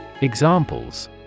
Examples